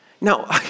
Now